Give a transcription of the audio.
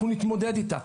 אנחנו נתמודד איתה.